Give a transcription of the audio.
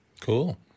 Cool